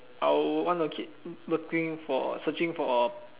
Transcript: I'll want to keep looking for searching for